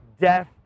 death